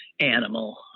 animal